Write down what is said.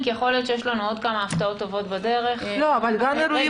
יש מכתב של מזכיר הממשלה.